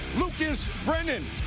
lucas brennan.